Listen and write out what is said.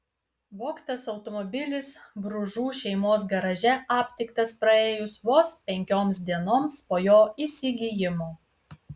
vogtas automobilis bružų šeimos garaže aptiktas praėjus vos penkioms dienoms po jo įsigijimo